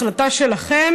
החלטה שלכם.